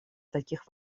таких